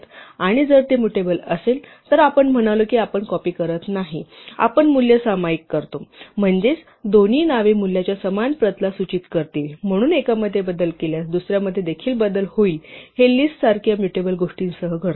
आणि जर ते मुटेबल असेल तर आपण म्हणालो की आपण कॉपी करत नाही आपण मूल्य सामायिक करतो म्हणजेच दोन्ही नावे मूल्याच्या समान प्रतला सूचित करतील म्हणून एकामध्ये बदल केल्यास दुसर्यामध्ये देखील बदल होईल हे लिस्टसारख्या मुटेबल गोष्टींसह घडते